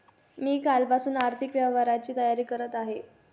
मी कालपासून आर्थिक व्यवहारांची तयारी करत आहे